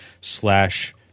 slash